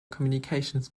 communications